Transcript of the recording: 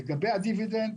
לגבי הדיבידנד